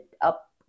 up